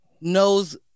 knows